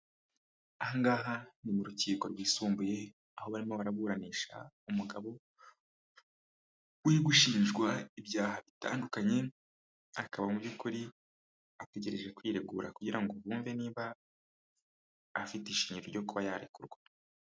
Ahangaha ni mu rukiko rwisumbuye aho barimo baraburanisha umugabo uri gushinjwa ibyaha bitandukanye, akaba mu by'ukuri ategereje kwiregura kugira ngo bumve niba afite ishingiro ryo kuba yarekurwa.